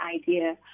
idea